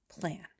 plan